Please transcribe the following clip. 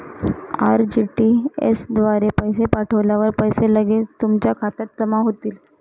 RTGS द्वारे पैसे पाठवल्यावर पैसे लगेच तुमच्या खात्यात जमा होतील